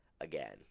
again